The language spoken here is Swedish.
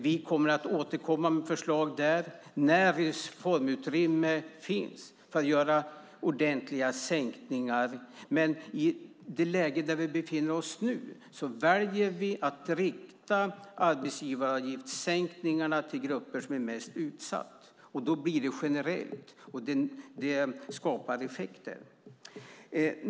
Vi kommer att återkomma med förslag när reformutrymme finns för att göra ordentliga sänkningar. Men i det läge där vi befinner oss nu väljer vi att rikta arbetsgivaravgifterna mot de grupper som är mest utsatta. Då blir det generellt. Det skapar effekter.